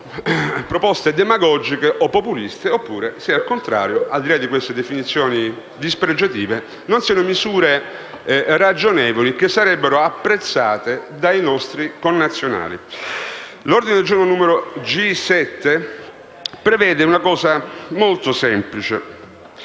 proposte demagogiche o populiste oppure se, al contrario, al di là di queste definizioni dispregiative, non siano misure ragionevoli che sarebbero apprezzate dai nostri connazionali. L'ordine del giorno G7 prevede che la voce del